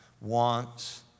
wants